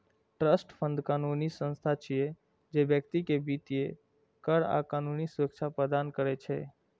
trust fund कानूनी संस्था छियै, जे व्यक्ति कें वित्तीय, कर आ कानूनी सुरक्षा प्रदान करै छै